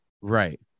right